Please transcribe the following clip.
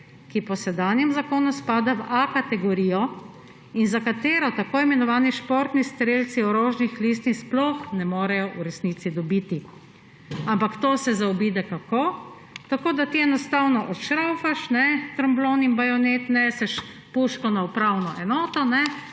ki po sedanjem zakonu spada v kategorijo A, za katero tako imenovani športni strelci orožnih listin sploh ne morejo v resnici dobiti. Ampak kako se to zaobide? Tako, da ti enostavno odšraufaš tromblon in bajonet, neseš puško na upravno enoto,